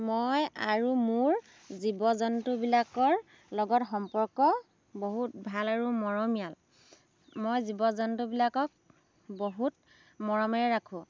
মই আৰু মোৰ জীৱ জন্তুবিলাকৰ লগত সম্পৰ্ক বহুত ভাল আৰু মৰমীয়াল মই জীৱ জন্তুবিলাকক বহুত মৰমেৰে ৰাখোঁ